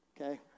okay